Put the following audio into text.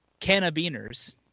Cannabiners